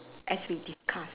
as we discuss